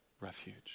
refuge